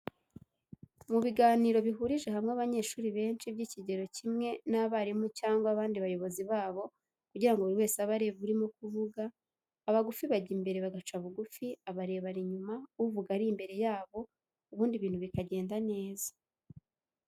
Mu biganiro bihurije hamwe abanyeshuri benshi by'ikigero kumwe n'abarimu cyangwa abandi bayobozi babo kugira ngo buri wese abe areba urimo kuvuga, abagufi bajya imbere bagaca bugufi, abarebare inyuma, uvuga ari imbere yabo, ubundi ibintu bikagenda neza.